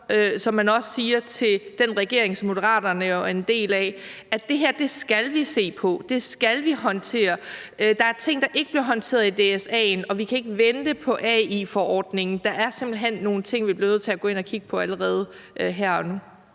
så man også siger til den regering, som Moderaterne jo er en del af, at det her skal vi se på, at det skal vi håndtere? Der er ting, der ikke bliver håndteret i DSA'en, og vi kan ikke vente på AI-forordningen. Der er simpelt hen nogle ting, vi bliver nødt til at gå ind at kigge på allerede her